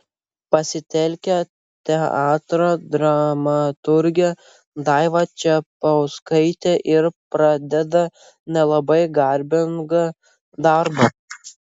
pasitelkia teatro dramaturgę daivą čepauskaitę ir pradeda nelabai garbingą darbą